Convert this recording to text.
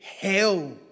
hell